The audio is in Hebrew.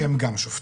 שהם גם שופטים.